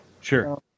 Sure